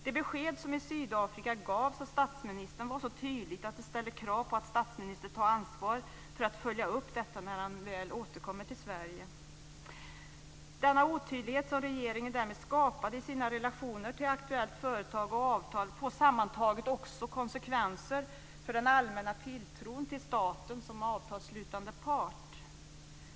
Det besked som i Sydafrika gavs av statsministern var så tydligt att det ställde krav på att statsministern borde ta ansvar för att följa upp detta när han väl återkom till Sverige. Denna otydlighet som regeringen därmed skapade i sina relationer till aktuellt företag och aktuella avtal får sammantaget också konsekvenser för den allmänna tilltron till staten som avtalsslutande part.